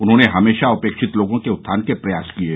उन्होंने हमेशा उपेक्षित लोगों के उत्थान के प्रयास किये